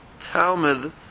Talmud